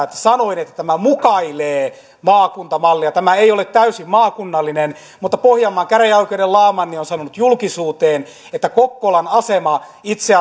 että sanoin että tämä mukailee maakuntamallia tämä ei ole täysin maakunnallinen mutta pohjanmaan käräjäoikeuden laamanni on sanonut julkisuuteen että kokkolan asema itse